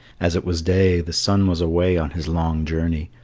as it was day, the sun was away on his long journey,